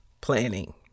planning